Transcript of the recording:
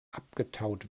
abgetaut